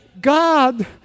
God